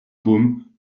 baume